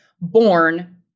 born